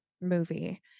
movie